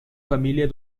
familia